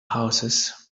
houses